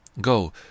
Go